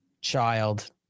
child